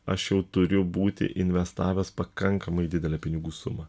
aš jau turiu būti investavęs pakankamai didelę pinigų sumą